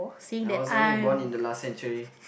I was only born in the last century